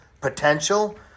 Potential